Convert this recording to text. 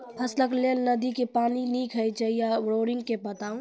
फसलक लेल नदी के पानि नीक हे छै या बोरिंग के बताऊ?